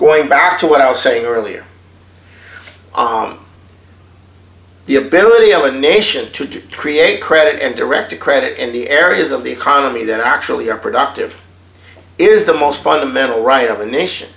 going back to what i was saying earlier on the ability of a nation to create credit and direct a credit in the areas of the economy that actually are productive is the most fundamental right of a nation